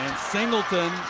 singleton